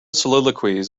soliloquies